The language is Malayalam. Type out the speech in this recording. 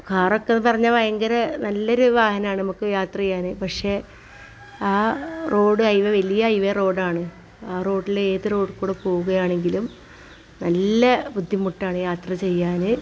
കാർ ഒക്കെ പറഞ്ഞാൽ ഭയങ്കര നല്ലൊരു വാഹനമാണ് നമുക്ക് യാത്ര ചെയ്യാൻ പക്ഷേ ആ റോഡ് ഹൈവെ വലിയ ഹൈവെ റോഡ് ആണ് ആ റോഡിലെ എത് റോഡിൽക്കൂടെ പോവുകയാണെങ്കിലും നല്ല ബുദ്ധിമുട്ടാണ് യാത്ര ചെയ്യാൻ